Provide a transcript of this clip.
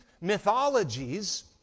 mythologies